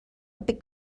big